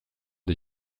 des